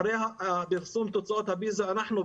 אחרי פרסום תוצאות הפיזה אנחנו,